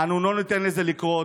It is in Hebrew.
אנו לא ניתן לזה לקרות.